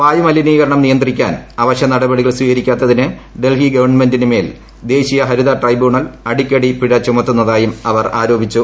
വായുമലിനീകരണം നിയന്ത്രിക്കാൻ അവശ്യനടപടികൾ സ്വീകരിക്കാത്തിന് ഡൽഹി ഗവൺമെന്റിന് മേൽ ദേശീയ ഹരിത ട്രൈബൂണൽ അടിക്കടി പിഴ ചുമത്തുന്നതായും അവർ ആരോപിച്ചു